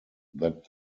that